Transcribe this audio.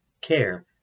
care